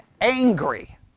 angry